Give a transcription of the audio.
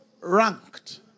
ranked